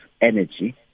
energy